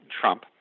Trump